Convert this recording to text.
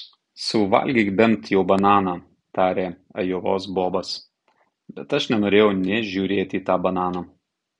suvalgyk bent jau bananą tarė ajovos bobas bet aš nenorėjau nė žiūrėti į tą bananą